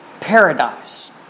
Paradise